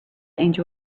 angel